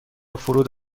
فرود